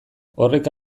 horrek